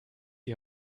die